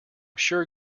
sure